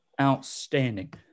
outstanding